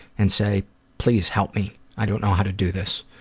and say please help me, i don't know how to do this.